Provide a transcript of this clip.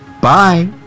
Bye